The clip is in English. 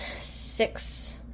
six